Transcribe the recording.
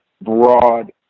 broad